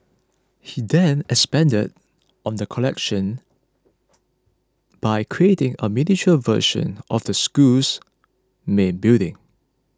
he then expanded on the collection by creating a miniature version of the school's main building